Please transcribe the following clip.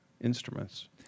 instruments